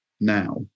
now